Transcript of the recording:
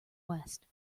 west